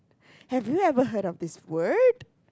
have you ever heard of this word